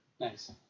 Nice